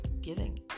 giving